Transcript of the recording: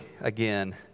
again